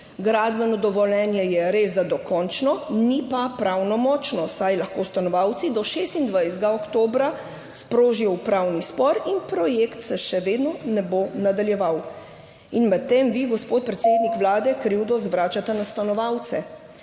Gradbeno dovoljenje je resda dokončno, ni pa pravnomočno, saj lahko stanovalci do 26. oktobra sprožijo upravni spor in projekt se še vedno ne bo nadaljeval, medtem pa vi, gospod predsednik Vlade, krivdo zvračate na stanovalce.